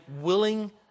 willing